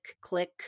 click